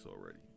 already